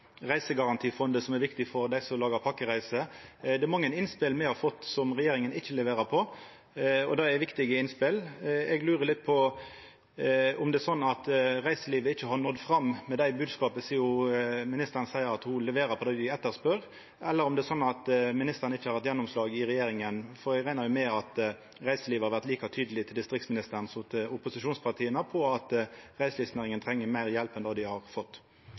reisegarantifondet, som er viktig for dei som lagar pakkereiser – det er mange innspel me har fått som regjeringa ikkje leverer på, og det er viktige innspel. Eg lurer litt på om det er slik at reiselivet ikkje har nådd fram med det bodskapet, sidan ministeren seier at ho leverer på det dei etterspør, eller om det er slik at ministeren ikkje har hatt gjennomslag i regjeringa? For eg reknar jo med at reiselivet har vore like tydeleg overfor distriktsministeren som overfor opposisjonspartia på at reiselivsnæringa treng meir hjelp enn det dei har fått.